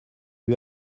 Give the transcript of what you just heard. lui